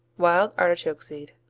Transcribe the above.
wild artichoke seed.